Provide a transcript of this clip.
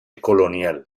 colonial